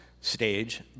stage